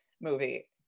movie